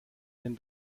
den